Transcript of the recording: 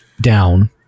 Down